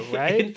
right